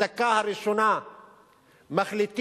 בדקה הראשונה מחליטים